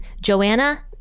Joanna